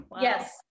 yes